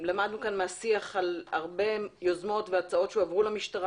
למדנו כאן מהשיח על מגוון יוזמות והצעות שהועברו למשטרה